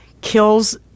kills